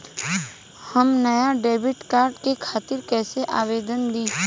हम नया debit card के खातिर कइसे आवेदन दीं?